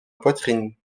poitrine